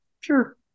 Sure